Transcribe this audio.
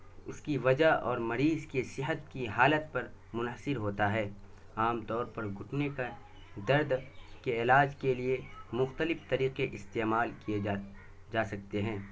اس کی وجہ اور مریض کے صحت کی حالت پر منحصر ہوتا ہے عام طور پر گھٹنے کا درد کے علاج کے لیے مختلف طریقے استعمال کیے جا جا سکتے ہیں